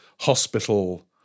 hospital